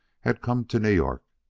had come to new york.